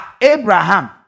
Abraham